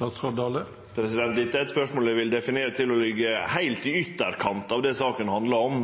Dette er eit spørsmål eg vil definere til å liggje heilt i ytterkanten av det saka handlar om.